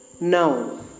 Now